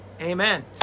Amen